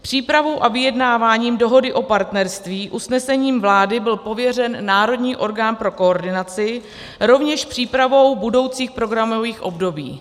Přípravou a vyjednávání Dohody o partnerství usnesením vlády byl pověřen národní orgán pro koordinaci, rovněž přípravou budoucích programových období.